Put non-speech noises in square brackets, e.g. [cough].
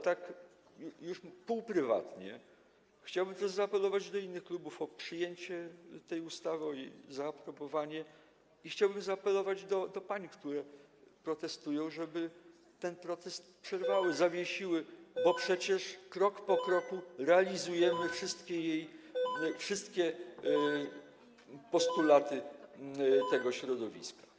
Tak już półprywatnie chciałbym też zaapelować do innych klubów o przyjęcie tej ustawy, o jej zaaprobowanie i chciałbym zaapelować do pań, które protestują, żeby ten protest przerwały, [noise] zawiesiły, bo przecież krok po kroku realizujemy wszystkie postulaty tego środowiska.